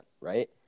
right